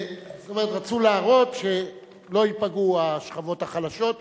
רצו להראות שלא ייפגעו השכבות החלשות.